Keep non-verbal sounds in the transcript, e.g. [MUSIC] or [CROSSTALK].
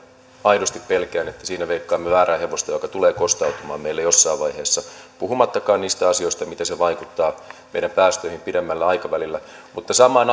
aidosti pelkään että siinä veikkaamme väärää hevosta mikä tulee kostautumaan meille jossain vaiheessa puhumattakaan niistä asioista miten se vaikuttaa meidän päästöihin pidemmällä aikavälillä mutta samaan [UNINTELLIGIBLE]